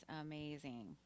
amazing